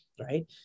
right